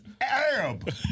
Arab